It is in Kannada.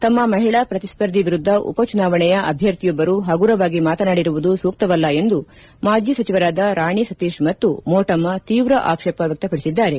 ತಮ್ಮ ಮಹಿಳಾ ಪ್ರತಿಸ್ಪರ್ಧಿ ವಿರುದ್ಧ ಉಪ ಚುನಾವಣೆಯ ಅಭ್ಯರ್ಥಿಯೊಬ್ಬರು ಪಗುರವಾಗಿ ಮಾತನಾಡಿರುವುದು ಸೂಕ್ತವಲ್ಲ ಎಂದು ಎಂದು ಮಾಜಿ ಸಚಿವರಾದ ರಾಣಿ ಸತೀಶ್ ಮತ್ತು ಮೋಟಮ್ಮ ತೀವ್ರ ಆಕ್ಷೇಪ ವ್ಯಕ್ತಪಡಿಸಿದ್ದಾರೆ